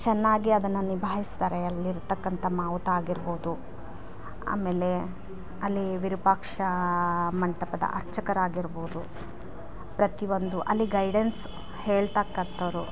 ಚೆನ್ನಾಗಿ ಅದನ್ನು ನಿಭಾಯಿಸ್ತಾರೆ ಅಲ್ಲಿರತಕ್ಕಂಥ ಮಾವುತ ಆಗಿರ್ಬೌದು ಆಮೇಲೆ ಅಲ್ಲಿ ವಿರೂಪಾಕ್ಷ ಮಂಟಪದ ಅರ್ಚಕರಾಗಿರ್ಬೋದು ಪ್ರತಿಯೊಂದು ಅಲ್ಲಿ ಗೈಡೆನ್ಸ್ ಹೇಳತಕ್ಕಂಥೋರು